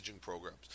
programs